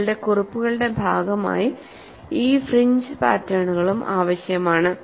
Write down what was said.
നിങ്ങളുടെ കുറിപ്പുകളുടെ ഭാഗമായി ഈ ഫ്രിഞ്ച് പാറ്റേണുകളും ആവശ്യമാണ്